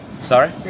Sorry